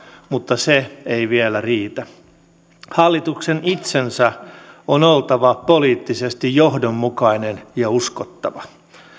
mutta ne eivät vielä riitä hallituksen itsensä on oltava poliittisesti johdonmukainen ja uskottava